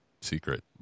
secret